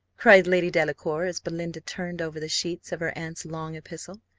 cried lady delacour, as belinda turned over the sheets of her aunt's long epistle.